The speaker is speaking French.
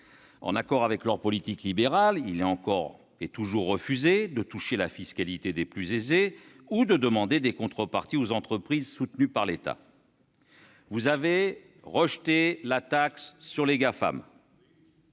En accord avec cette politique libérale, il est encore et toujours refusé de toucher à la fiscalité des plus aisés ou de demander des contreparties aux entreprises soutenues par l'État. Vous avez rejeté la taxe sur les Gafam